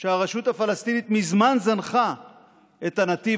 שהרשות הפלסטינית מזמן זנחה את הנתיב